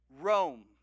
Rome